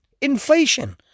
inflation